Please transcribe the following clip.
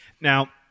Now